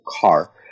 car